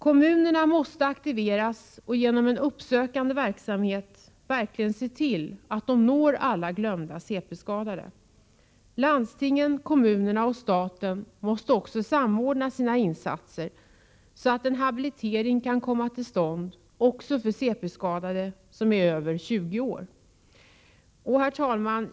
Kommunerna måste aktiveras och genom en uppsökande verksamhet verkligen se till att de når alla glömda cp-skadade. Landstingen, kommunerna och staten måste också samordna sina insatser, så att en habilitering kan komma till stånd också för cp-skadade som är över 20 år. Herr talman!